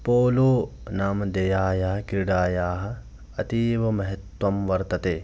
polo नामदेयायाः क्रीडायाः अतीव महत्वं वर्तते